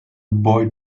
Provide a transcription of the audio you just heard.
boy